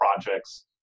projects